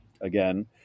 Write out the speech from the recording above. again